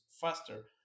faster